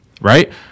right